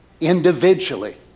individually